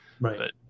Right